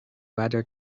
whether